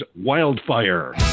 wildfire